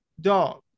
dog